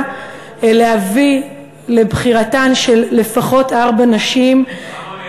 ולהביא לבחירתן של ארבע נשים לפחות,